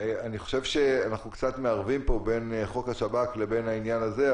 אני חושב שאנחנו קצת מערבים פה בין חוק השב"כ לבין העניין הזה.